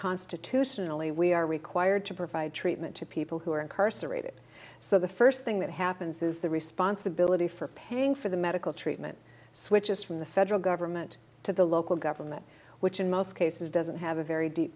constitutionally we are required to provide treatment to people who are incarcerated so the first thing that happens is the responsibility for paying for the medical treatment switches from the federal government to the local government which in most cases doesn't have a very deep